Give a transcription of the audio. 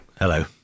Hello